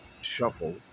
shuffle